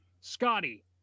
Scotty